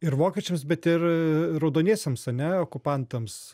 ir vokiečiams bet ir a raudoniesiems ane okupantams